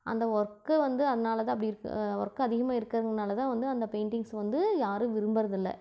அந்த வொர்க்க வந்து அதனால தான் அப்படி இருக் வொர்க்கு அதிகமாக இருக்கிறதுனால தான் வந்து அந்த பெயிண்டிங்ஸ் வந்து யாரும் விரும்பறதில்லை